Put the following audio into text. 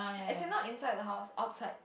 as in not inside the house outside